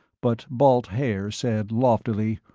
but balt haer said loftily,